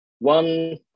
One